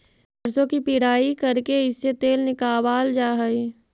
सरसों की पिड़ाई करके इससे तेल निकावाल जा हई